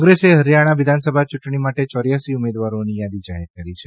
કોંગ્રેસ હરિયાણા વિધાનસભા ચૂંટણી માટે ચૌર્યાસી ઉમેદવારોની યાદી જાહેર કરી છે